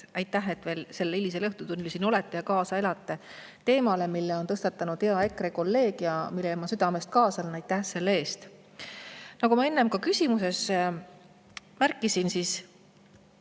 Aitäh, et veel sel hilisel õhtutunnil siin olete ja kaasa elate teemale, mille on tõstatanud hea EKRE kolleeg ja millele ma ka südamest kaasa elan! Aitäh selle eest! Nagu ma enne ka küsimuses märkisin,